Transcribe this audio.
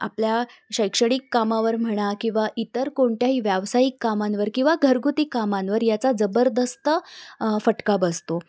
आपल्या शैक्षणिक कामावर म्हणा किंवा इतर कोणत्याही व्यावसायिक कामांवर किंवा घरगुती कामांवर याचा जबरदस्त फटका बसतो